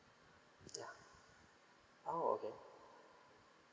yeah oh okay